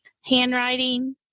handwriting